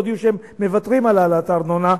שהן מוותרות על העלאת הארנונה,